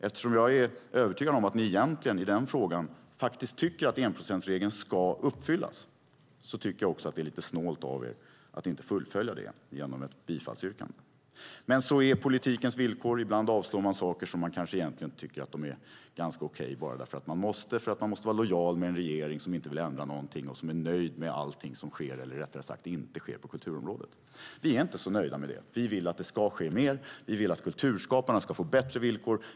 Eftersom jag är övertygad om att ni i den frågan faktiskt tycker att enprocentsregeln ska följas tycker jag också att det är lite snålt av er att inte fullfölja det genom ett bifallsyrkande. Men så är politikens villkor. Ibland avslår man saker som man kanske egentligen tycker är ganska okej bara därför att man måste, för att man måste vara lojal med en regering som inte vill ändra någonting och som är nöjd med allting som sker eller, rättare sagt, som inte sker på kulturområdet. Vi är inte så nöjda med det. Vi vill att det ska ske mer. Vi vill att kulturskaparna ska få bättre villkor.